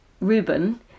Reuben